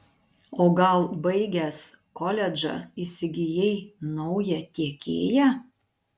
o gal baigęs koledžą įsigijai naują tiekėją